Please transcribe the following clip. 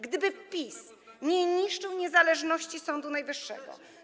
Gdyby PiS nie niszczył niezależności Sądu Najwyższego.